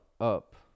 up